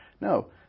No